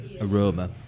aroma